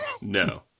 No